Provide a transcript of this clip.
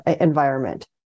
environment